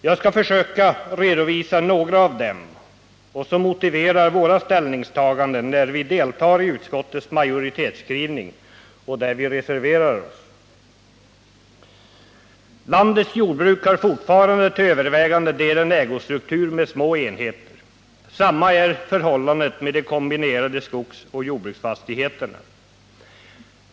Jag skall försöka redovisa några av dem, som motiverar våra ställningstaganden dels på punkter där vi deltar i utskottets majoritetsskrivning, dels på punkter där vi reserverat oss. Landets jordbruk har fortfarande till övervägande del en ägostruktur med små enheter. Detsamma är förhållandet med de kombinerade skogsoch jordbruksfastigheterna.